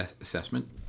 assessment